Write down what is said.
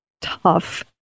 tough